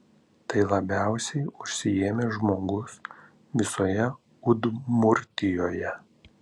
tai labiausiai užsiėmęs žmogus visoje udmurtijoje